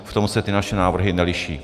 V tom se ty naše návrhy neliší.